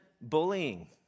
bullying